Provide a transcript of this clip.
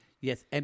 Yes